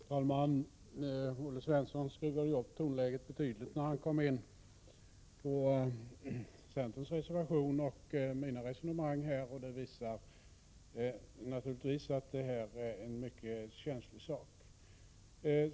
Herr talman! Olle Svensson skruvade upp tonläget betydligt när han kom in på centerns reservation och mina resonemang. Det visar att detta är en mycket känslig sak.